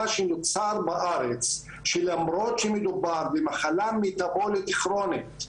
מה שנוצר בארץ זה שלמרות שמדובר במחלה מטבולית כרונית,